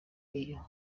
iyo